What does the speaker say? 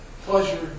pleasure